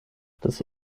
des